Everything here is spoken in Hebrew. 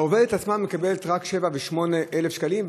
העובדת עצמה מקבלת רק 7,000 ו-8,000 שקלים,